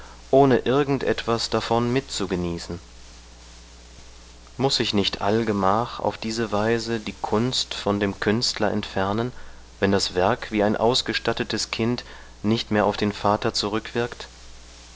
ohne irgend etwas davon mitzugenießen muß sich nicht allgemach auf diese weise die kunst von dem künstler entfernen wenn das werk wie ein ausgestattetes kind nicht mehr auf den vater